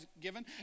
given